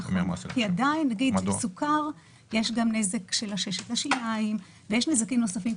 כי עדיין בסוכר יש גם נזק של עששת השיניים ונזקים נוספים,